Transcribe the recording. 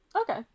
Okay